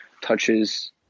touches